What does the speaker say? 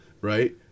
right